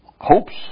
Hopes